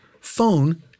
phone